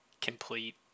complete